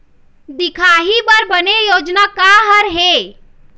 दिखाही बर बने योजना का हर हे?